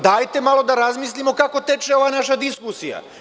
Dajte da malo razmislimo kako teče ova naša diskusija.